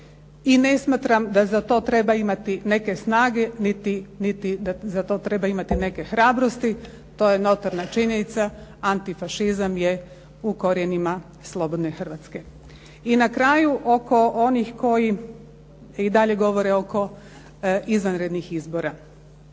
I ne smatram da za to treba imati neke snage, niti da za to treba imati neke hrabrosti. To je notorna činjenica. Antifašizam je u korijenima slobodne Hrvatske. I na kraju oko onih koji i dalje govore oko izvanrednih izbora.